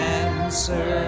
answer